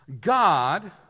God